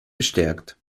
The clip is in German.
bestärkt